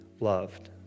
loved